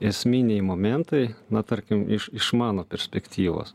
esminiai momentai na tarkim iš iš mano perspektyvos